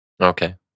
Okay